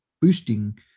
boosting